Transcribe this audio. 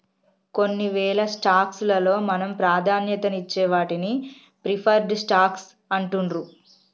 కొన్నివేల స్టాక్స్ లలో మనం ప్రాధాన్యతనిచ్చే వాటిని ప్రిఫర్డ్ స్టాక్స్ అంటుండ్రు